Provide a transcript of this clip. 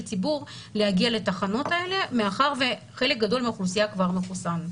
ציבור להגיע לתחנות האלה מאחר וחלק גדול מהאוכלוסייה כבר מחוסן.